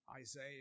Isaiah